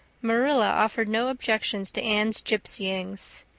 marilla offered no objections to anne's gypsyings.